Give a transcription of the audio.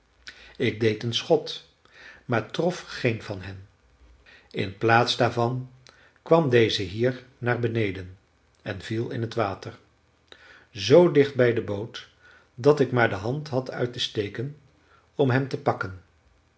ik deed een schot maar trof geen van hen in plaats daarvan kwam deze hier naar beneden en viel in t water z dicht bij de boot dat ik maar de hand had uit te steken om hem te pakken